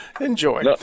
Enjoy